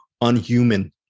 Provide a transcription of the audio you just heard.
Unhuman